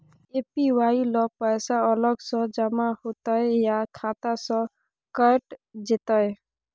APY ल पैसा अलग स जमा होतै या खाता स कैट जेतै?